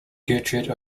gertrude